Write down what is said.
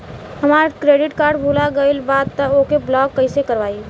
हमार credit card भुला गएल बा त ओके ब्लॉक कइसे करवाई?